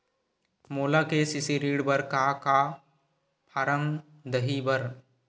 मोला के.सी.सी ऋण बर का का फारम दही बर?